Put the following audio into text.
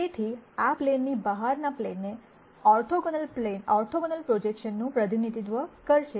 તેથી આ પ્લેનની બહારના પ્લેનને ઓર્થોગોનલ પ્રોજેકશનનું પ્રતિનિધિત્વ કરશે